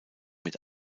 mit